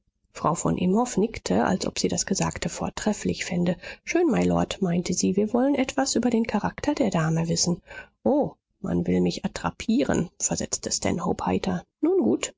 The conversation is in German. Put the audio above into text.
frau von imhoff nickte als ob sie das gesagte vortrefflich fände schön mylord meinte sie wir wollen etwas über den charakter der dame wissen o man will mich attrappieren versetzte stanhope heiter nun